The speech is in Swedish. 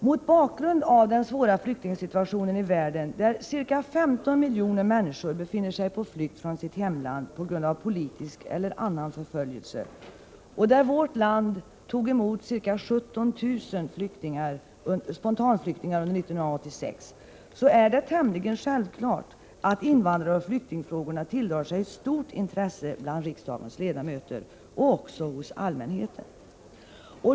Mot bakgrund av den svåra flyktingsituationen i världen, där ca 15 miljoner människor befinner sig på flykt från sitt hemland på grund av politisk eller annan förföljelse och där vårt land tog emot ca 17 000 spontanflyktingar under 1986, är det tämligen självklart att invandraroch flyktingfrågorna tilldrar sig ett stort intresse bland riksdagens ledamöter och hos allmänheten.